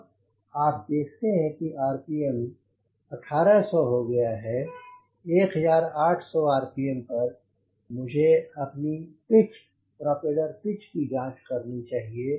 अब आप देखते हैं आरपीएम 1800 हो गया है 1800 आरपीएम पर मुझे अपनी पिच प्रोपेलर पिच की जांच करनी चाहिए